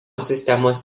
sistemos